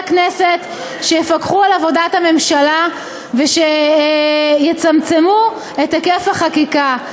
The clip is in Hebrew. הכנסת שיפקחו על עבודת הממשלה ושיצמצמו את היקף החקיקה,